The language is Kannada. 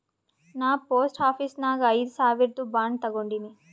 ನಾ ಪೋಸ್ಟ್ ಆಫೀಸ್ ನಾಗ್ ಐಯ್ದ ಸಾವಿರ್ದು ಬಾಂಡ್ ತಗೊಂಡಿನಿ